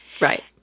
Right